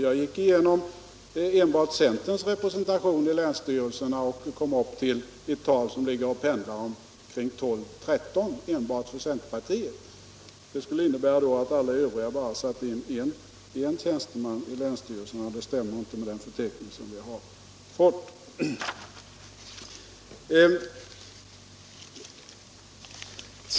Jag gick igenom centerns representanter i länsstyrelserna och kom då upp till ett tal som pendlar omkring 12-13 enbart för centerpartiet. Om Hans Gustafssons siffra skulle vara riktig skulle detta innebära att alla de övriga bara hade satt in en enda tjänsteman i länsstyrelserna! Det stämmer inte med den förteckning som vi har fått.